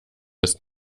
ist